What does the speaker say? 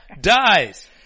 dies